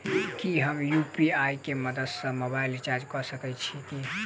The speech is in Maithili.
की हम यु.पी.आई केँ मदद सँ मोबाइल रीचार्ज कऽ सकैत छी?